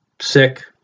sick